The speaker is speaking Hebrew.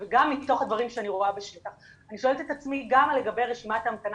וגם מתוך הדברים שאני רואה בשטח אני שואלת את עצמי גם לגבי רשימת ההמתנה